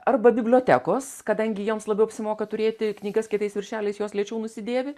arba bibliotekos kadangi joms labiau apsimoka turėti knygas kietais viršeliais jos lėčiau nusidėvi